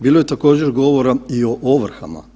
Bilo je također, govora i o ovrhama.